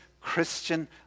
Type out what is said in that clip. Christian